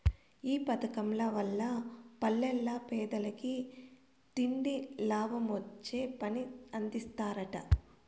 ఈ పదకం వల్ల పల్లెల్ల పేదలకి తిండి, లాభమొచ్చే పని అందిస్తరట